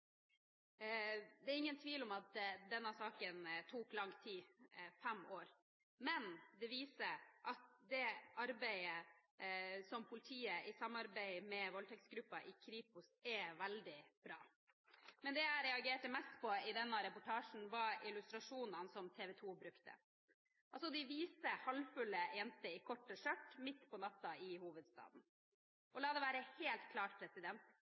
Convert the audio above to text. Det er ingen tvil om at denne saken tok lang tid – fem år – men det viser at det arbeidet som politiet gjør, i samarbeid med voldtektsgruppen ved Kripos, er veldig bra. Men det jeg reagerte mest på i denne reportasjen, var illustrasjonene som TV 2 brukte. De viste halvfulle jenter i korte skjørt midt på natten i hovedstaden. La det være helt klart: